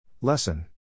Lesson